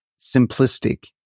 simplistic